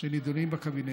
שנדונים בקבינט.